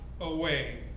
away